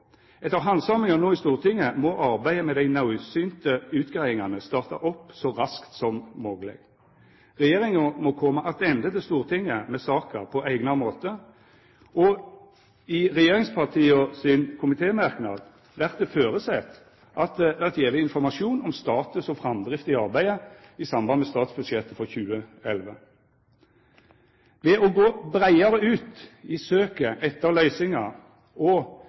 Etter handsaminga no i Stortinget må arbeidet med dei naudsynte utgreiingane starta opp så raskt som mogleg. Regjeringa må koma attende til Stortinget med saka på eigna måte, og i regjeringspartia sin komitémerknad vert det føresett at det vert gjeve informasjon om status og framdrift i arbeidet i samband med statsbudsjettet i 2011. Ved å gå breiare ut i søket etter løysingar, og